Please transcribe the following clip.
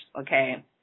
okay